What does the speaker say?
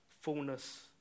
fullness